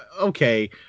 okay